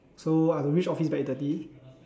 so I got to reach office by eight thirty